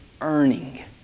earning